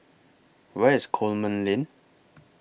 Where IS Coleman Lane